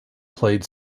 played